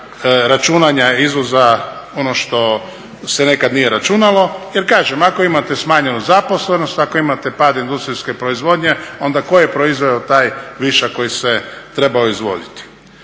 računanja izvoza ono što se nekad nije računa. Jer kažem, ako imate smanjenu zaposlenost, ako imate pad industrijske proizvodnje onda ko je proizveo taj višak koji se trebao izvoziti.